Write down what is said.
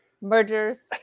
mergers